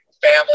family